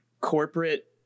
corporate